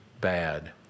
bad